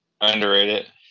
Underrated